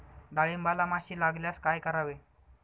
डाळींबाला माशी लागल्यास काय करावे?